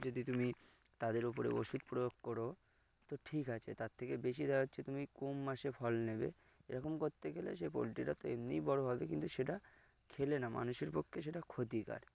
যদি তুমি তাদের ও উপরে ওষুধ প্রয়োগ করো তো ঠিক আছে তার থেকে বেশি দেখা যাচ্ছে তুমি কম মাসে ফল নেবে এরকম করতে গেলে সেই পোলট্রীটা তো এমনিই বড়ো হবে কিন্তু সেটা খেলে না মানুষের পক্ষে সেটা ক্ষতিকার